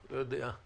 נמצא איתנו.